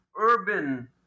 urban